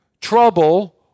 trouble